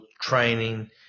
training